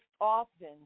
often